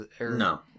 No